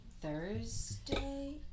Thursday